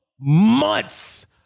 months